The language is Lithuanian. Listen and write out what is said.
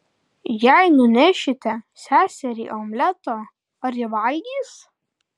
jei nunešite seseriai omleto ar ji valgys